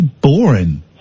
Boring